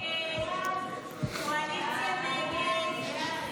הסתייגות 57 לחלופין ד לא נתקבלה.